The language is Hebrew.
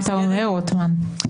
מה אתה אומר, רוטמן?